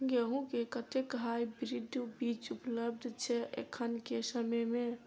गेंहूँ केँ कतेक हाइब्रिड बीज उपलब्ध छै एखन केँ समय मे?